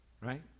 right